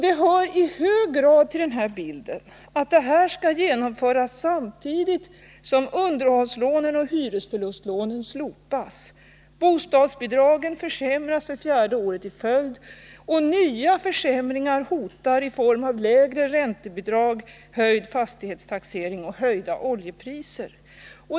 Det hör i hög grad till den här bilden att detta skall genomföras samtidigt som underhållslånen och hyresförlustlånen slopas, bostadsbidragen försämras för fjärde året i följd och nya försämringar hotar i form av lägre räntebidrag, höjd fastighetstaxering och höjda oljepriser.